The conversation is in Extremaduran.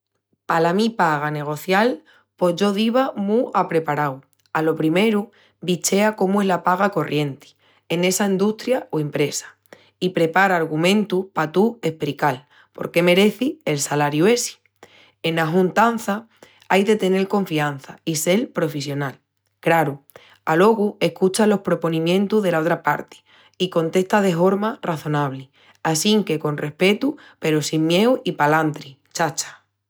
Pala mi paga negocial, pos yo diva mu apreparau. Alo primeru bichea comu es la paga corrienti en essa endustria o impresa. I prepara argumentus pa tú esprical porque merecis el salariu essi. Ena juntança ai de tenel confiança i sel profissional. Craru, alogu escucha los proponimientus dela otra parti i contesta de horma razonabli. Assinque con respetu peru sin mieu i palantri, chacha!